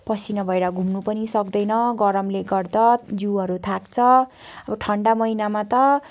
पसिना भएर घुम्नु पनि सक्दैन गरमले गर्दा जिउहरू थाक्छ अब ठन्डा महिनामा त